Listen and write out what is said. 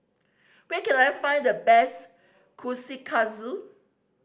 where can I find the best Kushikatsu